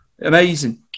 amazing